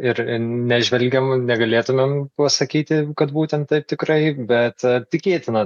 ir neįžvelgiamų negalėtumėm pasakyti kad būtent taip tikrai bet tikėtina